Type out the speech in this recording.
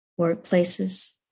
workplaces